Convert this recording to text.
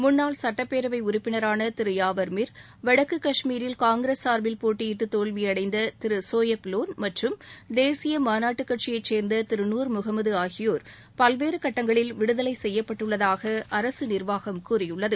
முன்னாள் சட்டப்பேரவை உறுப்பினராக திரு யாவர் மிர் வடக்கு காஷ்மீரில் காங்கிரஸ் சார்பில் போட்டியிட்டு தோல்வியடைந்த திரு சோயப் லோன் மற்றும் தேசிய மாநாட்டுக் கட்சியைச் சேர்ந்த திரு நூர் முகமது ஆகியோர் பல்வேறு கட்டங்களில் விடுதலை செய்யப்பட்டுள்ளதாக அரசு நிர்வாகம் கூறியுள்ளது